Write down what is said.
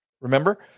remember